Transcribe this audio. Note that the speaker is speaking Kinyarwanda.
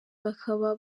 bakaba